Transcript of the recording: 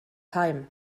heim